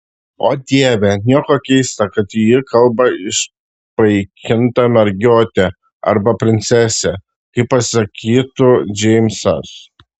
o dieve nieko keista kad ji kalba it išpaikinta mergiotė arba princesė kaip pasakytų džeimsas